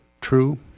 true